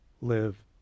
live